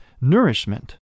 nourishment